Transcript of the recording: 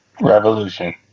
Revolution